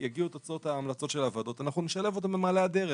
יגיעו תוצאות ההמלצות של הוועדות ואנחנו נשלב אותן במעלה הדרך.